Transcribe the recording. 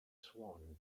swan